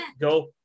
go